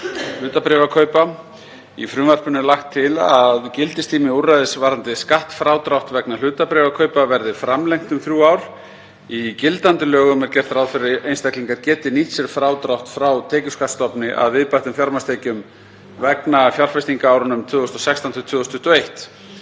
hlutabréfakaupa. Í frumvarpinu er lagt til að gildistími úrræðis varðandi skattfrádrátt vegna hlutabréfakaupa verði framlengdur um þrjú ár. Í gildandi lögum er gert ráð fyrir að einstaklingar geti nýtt sér frádrátt frá tekjuskattstofni, að viðbættum fjármagnstekjum, vegna fjárfestinga á árunum 2016–2021.